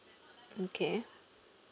okay